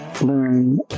learn